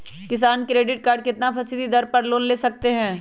किसान credit card कितना फीसदी दर पर लोन ले सकते हैं?